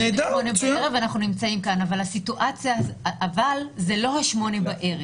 אבל זה לא ה-20:00,